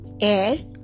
air